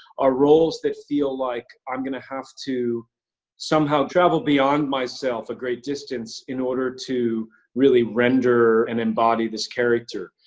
are roles that feel like i'm gonna have to somehow travel beyond myself a great distance in order to really render and embody this character,